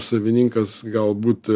savininkas galbūt